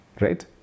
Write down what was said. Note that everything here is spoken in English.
right